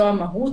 זו המהות.